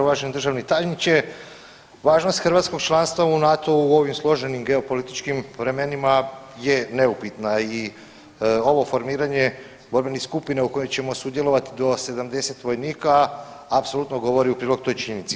Uvaženi državni tajniče važnost hrvatskog članstva u NATO-u u ovim složenim geopolitičkim vremenima je neupitna i ovo formiranje borbenih skupina u kojim ćemo sudjelovati do 70 vojnika apsolutno govori u prilog toj činjenici.